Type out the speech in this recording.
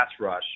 rush